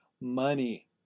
money